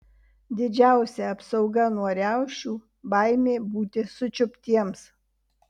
didžiausia apsauga nuo riaušių baimė būti sučiuptiems